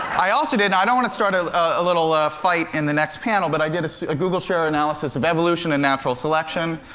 i also did and i don't want to start ah a little fight in the next panel but i did a google share analysis of evolution and natural selection.